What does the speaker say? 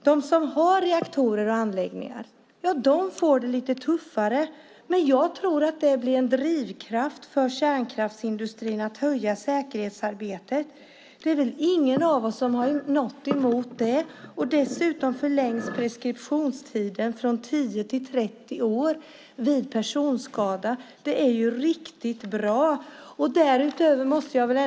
De som har reaktorer och anläggningar får det lite tuffare, men jag tror att det blir en drivkraft för kärnkraftsindustrin att öka säkerhetsarbetet. Det är väl ingen av oss som har något emot det. Dessutom förlängs preskriptionstiden från 10 till 30 år vid personskada. Det är ju riktigt bra.